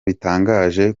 bitangaje